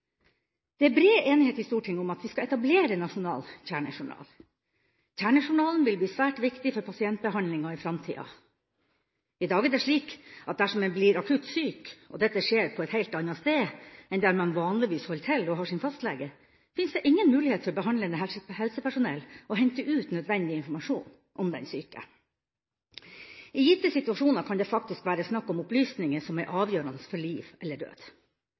Det er brei enighet i Stortinget om at vi skal etablere nasjonal kjernejournal. Kjernejournalen vil bli svært viktig for pasientbehandlinga i framtida. I dag er det slik at dersom en blir akutt syk, og dette skjer på et helt annet sted enn der man vanligvis holder til og har sin fastlege, finnes det ingen mulighet for behandlende helsepersonell å hente ut nødvendig informasjon om den syke. I gitte situasjoner kan det faktisk være snakk om opplysninger som er avgjørende for liv eller død.